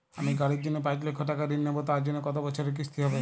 আমি গাড়ির জন্য পাঁচ লক্ষ টাকা ঋণ নেবো তার জন্য কতো বছরের কিস্তি হবে?